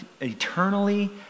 eternally